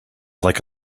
like